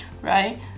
right